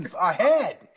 ahead